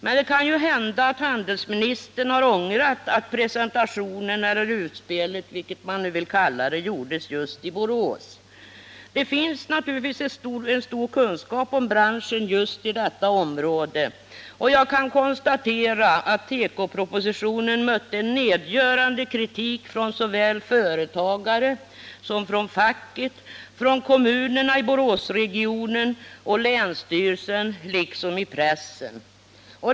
Men det kan hända att handelsministern har ångrat att presentationen eller utspelet — vilket man nu vill kalla det — gjordes just i Borås. Det finns naturligtvis en stor kunskap om branschen just i detta område, och jag kan konstatera att propositionen mötte en nedgörande kritik från företagare, från facket, från kommunerna i Boråsregionen och från länsstyrelsen liksom i pressen.